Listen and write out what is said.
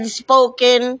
spoken